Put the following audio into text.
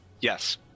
Yes